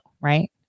right